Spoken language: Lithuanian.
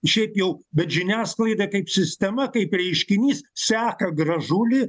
šiaip jau bet žiniasklaida kaip sistema kaip reiškinys seka gražulį